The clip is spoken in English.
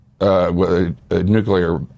nuclear